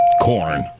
Corn